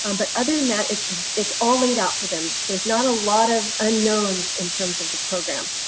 um but other than that, it's it's all laid out for them. there's not a lot of unknowns in terms of the program.